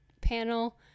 panel